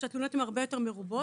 כך שהתלונות הן הרבה יותר מרובות.